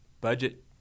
Budget